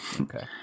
Okay